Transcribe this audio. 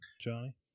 Johnny